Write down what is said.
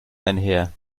einher